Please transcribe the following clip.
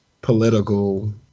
political